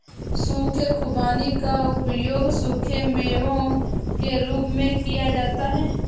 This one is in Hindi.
सूखे खुबानी का उपयोग सूखे मेवों के रूप में किया जाता है